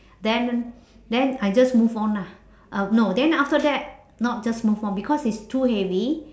then then I just move on lah uh no then after that not just move on because it's too heavy